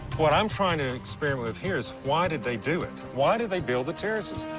what i'm trying to experiment with here is, why did they do it? why did they build the terraces?